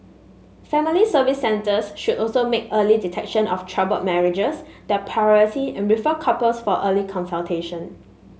Family Service Centres should also make early detection of troubled marriages their priority and refer couples for early